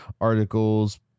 articles